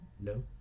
No